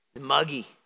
muggy